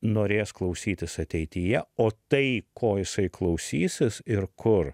norės klausytis ateityje o tai ko jisai klausysis ir kur